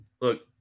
Look